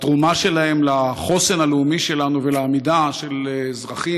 התרומה שלהם לחוסן הלאומי שלנו ולעמידה של אזרחים